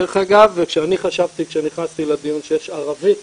דרך אגב, אני חשבתי כשנכנסתי לדיון שיש ערבית